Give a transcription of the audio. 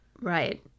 Right